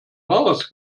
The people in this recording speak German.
wahres